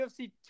UFC